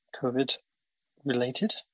COVID-related